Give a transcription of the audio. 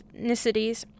ethnicities